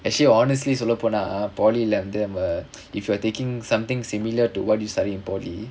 actually honestly சொல்ல போனா:solla ponaa polytechnic left them if you are taking something similar to what you study in polytechnic